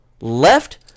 left